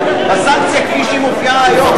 לסנקציה, כפי שהיא מופיעה היום.